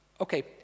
Okay